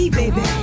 baby